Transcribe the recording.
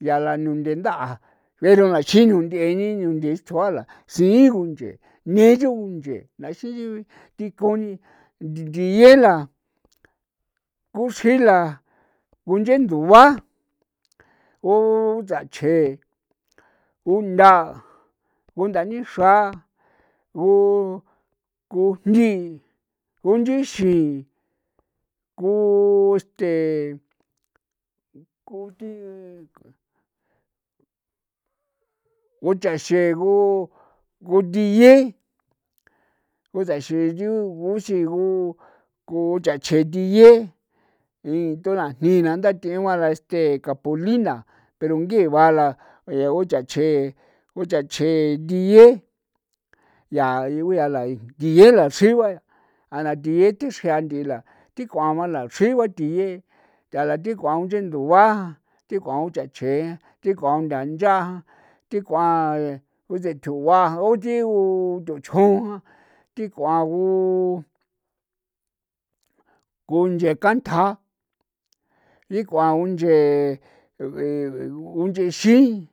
yaa la nunthe ntha'a pero laxin nunthe'e ni nunthe tsju ala tsii gunchee ni yu gunchee ndaxii dikoni thiye la kuxiila kunchendua utsachje untha unthanixra ku kujnthii, kunchiixin ku este ku thi ku chaxeego, ku thie ku thaxee yu, kuxiigu kusatchje thie ndito rajni na nda th'egua la este capulina pero ngiva la uchachje uchachje thiye yaa la uyaa thiye la xrigua a na thiye thi xri'an nthi la thi k'uama la xrigua thiye a la thi k'uan nchee ndugua, thi k'uan utsachje, thi k'uan unthanchaa jan, thi k'uan utse tjugua uthi uthuchjun thi ku'an gu kunche kantjan, thi ku'an kunchee kunche xi.